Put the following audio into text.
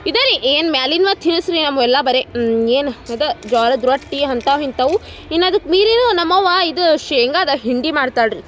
ಇದೇ ರೀ ಏನು ಮೇಲಿನ್ವ ತಿನಿಸ್ ರೀ ನಮ್ಮವು ಎಲ್ಲ ಬರೇ ಏನು ಅದು ಜೋಳದ ರೊಟ್ಟಿ ಅಂಥವ್ ಇಂಥವು ಇನ್ನು ಅದಕ್ಕೆ ಮೀರಿಯೂ ನಮ್ಮ ಅವ್ವ ಇದು ಶೇಂಗಾದ ಹಿಂಡಿ ಮಾಡ್ತಾಳೆ ರೀ